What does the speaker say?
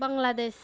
Bangladesh